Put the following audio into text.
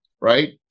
right